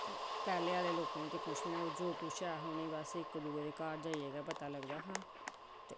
ते पैह्लें आह्ले लोकें गी कुछ निं जो कुछ बी ऐहा उ'नें गी इक दुए दे घर जाइयै गै पता लगदा हा